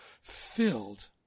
filled